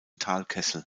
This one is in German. talkessel